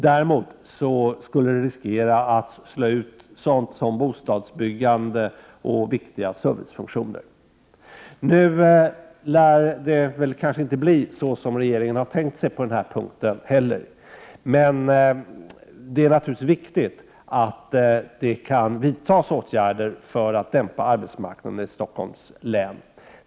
I stället riskerar man att slå ut bostadsbyggandet och viktiga servicefunktioner. Nu lär det inte bli så som regeringen har tänkt sig på denna punkt heller. Men det är naturligtvis viktigt att det vidtas åtgärder för att dämpa arbetsmarknaden i Stockholms län.